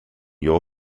your